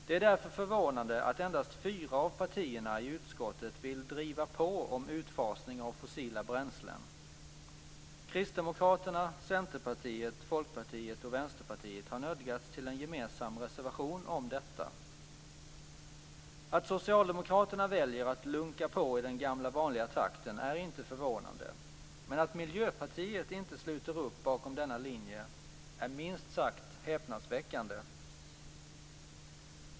Det är därför förvånande att endast fyra av partierna i utskottet vill driva på om utfasning av fossila bränslen. Kristdemokraterna, Centerpartiet, Folkpartiet och Vänsterpartiet har nödgats till en gemensam reservation om detta. Att Socialdemokraterna väljer att lunka på i den gamla vanliga takten är inte förvånande, men att Miljöpartiet inte sluter upp bakom denna linje är minst sagt häpnadsväckande!